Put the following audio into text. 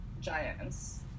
giants